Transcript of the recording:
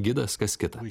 gidas kas kita